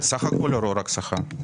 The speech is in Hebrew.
זה סך הכול או רק שכר?